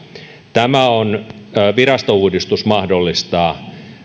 tämä virastouudistus mahdollistaa